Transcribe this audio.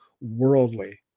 worldly